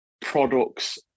products